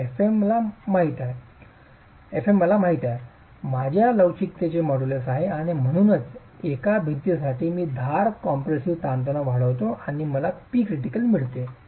तर fm ला माहित आहे माझ्याजवळ लवचिकतेचे मॉड्यूलस आहे आणि म्हणूनच एका भिंतीसाठी मी धार कॉम्प्रेसिव्ह ताणतणाव वाढवितो आणि मला Pcritical मिळते